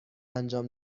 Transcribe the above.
انجام